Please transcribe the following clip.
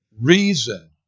reason